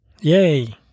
Yay